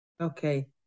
Okay